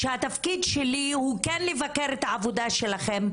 ושהתפקיד שלי הוא כן לבקר את העבודה שלכם.